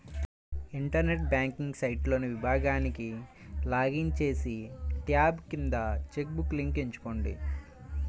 internet banking సైట్లోని విభాగానికి login చేసి, ట్యాబ్ కింద చెక్ బుక్ లింక్ ఎంచుకోండి